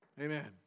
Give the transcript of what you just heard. Amen